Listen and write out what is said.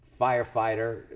firefighter